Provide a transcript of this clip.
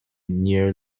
near